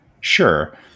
Sure